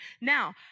Now